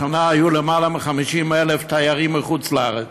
השנה היו יותר מ-50,000 תיירים מחוץ לארץ.